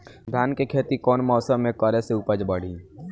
धान के खेती कौन मौसम में करे से उपज बढ़ी?